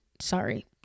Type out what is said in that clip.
Sorry